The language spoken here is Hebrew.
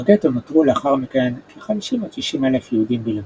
בגטו נותרו לאחר מכן כ-50 עד 60 אלף יהודים בלבד.